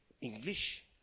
English